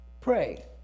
pray